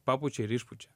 papučia ir išpučia